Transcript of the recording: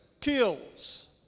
kills